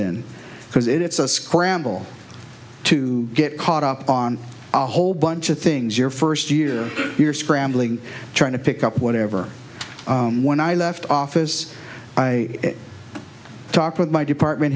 because it it's a scramble to get caught up on a whole bunch of things your first year you're scrambling trying to pick up whatever when i left office i i talked with my department